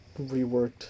reworked